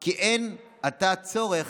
כי אין עתה צורך